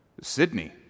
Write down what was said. Sydney